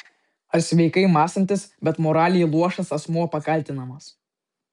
ar sveikai mąstantis bet moraliai luošas asmuo pakaltinamas